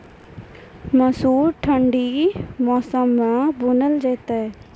मसूर ठंडी मौसम मे बूनल जेतै?